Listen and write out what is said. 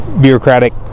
bureaucratic